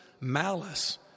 malice